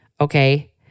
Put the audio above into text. okay